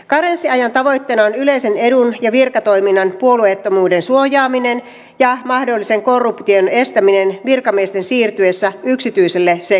karenssiajan tavoitteena on yleisen edun ja virkatoiminnan puolueettomuuden suojaaminen ja mahdollisen korruption estäminen virkamiesten siirtyessä yksityiselle sektorille